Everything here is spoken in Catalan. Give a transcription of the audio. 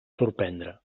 sorprendre